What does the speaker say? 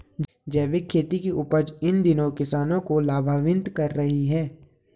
जैविक खेती की उपज इन दिनों किसानों को लाभान्वित कर रही है